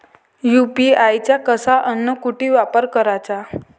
UPI चा कसा अन कुटी वापर कराचा?